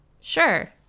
Sure